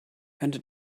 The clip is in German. könnte